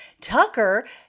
Tucker